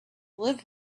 live